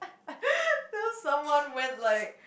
till someone went like